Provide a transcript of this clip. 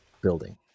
building